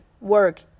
work